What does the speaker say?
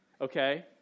okay